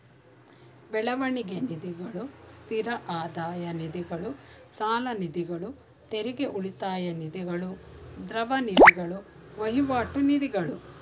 ಬೆಳವಣಿಗೆ ನಿಧಿಗಳು, ಸ್ಥಿರ ಆದಾಯ ನಿಧಿಗಳು, ಸಾಲನಿಧಿಗಳು, ತೆರಿಗೆ ಉಳಿತಾಯ ನಿಧಿಗಳು, ದ್ರವ ನಿಧಿಗಳು, ವಹಿವಾಟು ನಿಧಿಗಳು